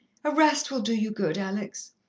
a rest will do you good, alex.